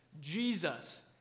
Jesus